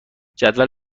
جدول